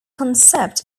concept